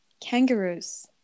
Kangaroos